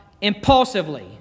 impulsively